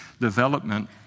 development